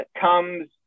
comes